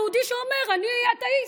יהודי שאומר: אני אתאיסט.